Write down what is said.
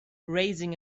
raising